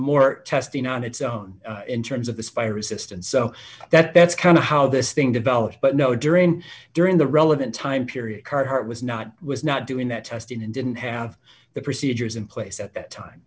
more testing on its own in terms of this fire resistance so that that's kind of how this thing developed but no during during the relevant time period carhart was not was not doing that testing and didn't have the procedures in place at that time